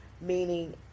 meaning